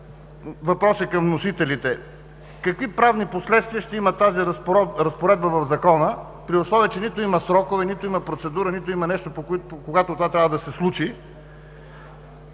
въпроси към вносителите: какви правни последствия ще има тази разпоредба в Закона, при условие че нито има срокове, нито има процедура, нито има нещо кога това трябва да се случи?